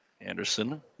Anderson